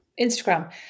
Instagram